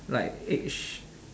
like age